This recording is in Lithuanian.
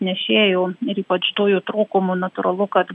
nešėju ir ypač dujų trūkumų natūralu kad